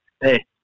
Hey